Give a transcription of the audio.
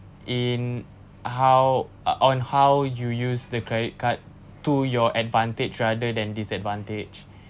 in how ugh on how you use the credit card to your advantage rather than disadvantage